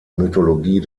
mythologie